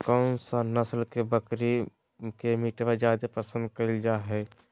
कौन सा नस्ल के बकरी के मीटबा जादे पसंद कइल जा हइ?